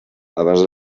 abans